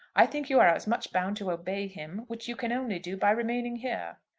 i think you are as much bound to obey him which you can only do by remaining here.